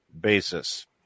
basis